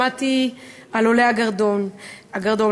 למדתי על עולי הגרדום,